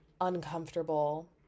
uncomfortable